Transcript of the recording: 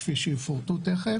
כפי שיופרטו מיד,